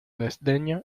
desdeño